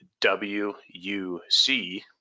WUC